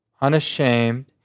unashamed